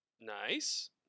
Nice